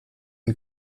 den